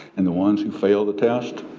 and the ones who fail the test,